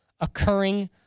occurring